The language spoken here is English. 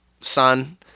son